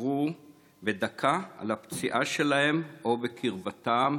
שיספרו בדקה על הפציעה שלהם או בקרבתם,